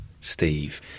Steve